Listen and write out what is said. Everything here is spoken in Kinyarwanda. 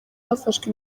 hafashwe